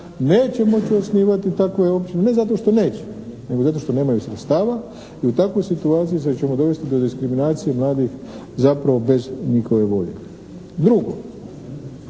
neće moći osnivati takve općine, ne zato što neće, nego zato što nemaju sredstava i u takvoj situaciji ćemo dovesti do diskriminacije mladih zapravo bez njihove volje. Drugo,